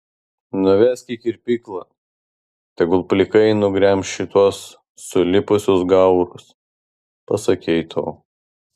nuvesk į kirpyklą tegul plikai nugremš šituos sulipusius gaurus pasakei tu